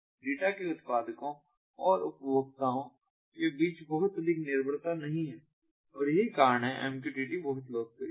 data के उत्पादकों और उपभोक्ताओं के बीच बहुत अधिक निर्भरता नहीं है और यही कारण है कि MQTT बहुत लोकप्रिय है